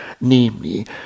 namely